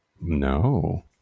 No